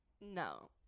No